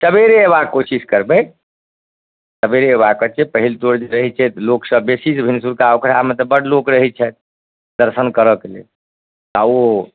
सबेरे अएबाक कोशिश करबै सबेरे अएबाक छै पहिल तोड़ जे रहै छै तऽ लोकसभ बेसी से भिनसरका ओकरामे तऽ बड्ड लोक रहै छथि दर्शन करऽके लेल आओर ओ